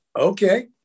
Okay